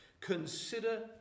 consider